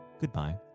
goodbye